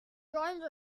joined